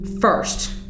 first